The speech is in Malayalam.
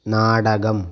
നാടകം